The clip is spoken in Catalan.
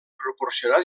proporcionar